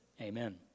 Amen